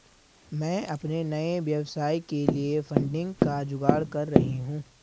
मैं अपने नए व्यवसाय के लिए फंडिंग का जुगाड़ कर रही हूं